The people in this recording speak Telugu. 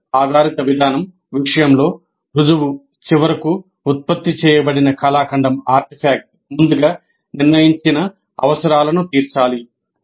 ప్రాజెక్ట్ ఆధారిత విధానం విషయంలో రుజువు చివరకు ఉత్పత్తి చేయబడిన కళాఖండం ముందుగా నిర్ణయించిన అవసరాలను తీర్చాలి